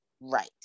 right